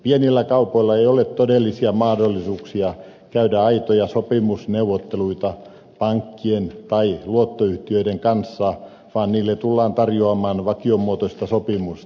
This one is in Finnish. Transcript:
pienillä kaupoilla ei ole todellisia mahdollisuuksia käydä aitoja sopimusneuvotteluita pankkien tai luottoyhtiöiden kanssa vaan niille tullaan tarjoamaan vakiomuotoista sopimusta